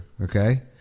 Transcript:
Okay